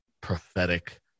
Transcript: prophetic